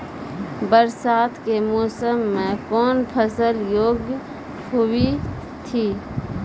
बरसात के मौसम मे कौन फसल योग्य हुई थी?